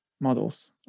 models